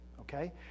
okay